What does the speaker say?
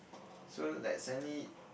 so like suddenly